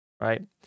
Right